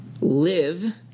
live